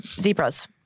Zebras